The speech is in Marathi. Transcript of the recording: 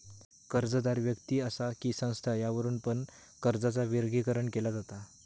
कर्जदार व्यक्ति असा कि संस्था यावरुन पण कर्जाचा वर्गीकरण केला जाता